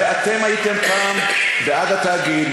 הרי אתם הייתם כאן בעד התאגיד,